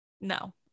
no